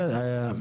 בסדר,